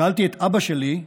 שאלתי את אבא שלי: